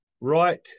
right